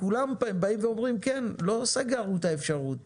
כולם אומרים: לא סגרנו את האפשרות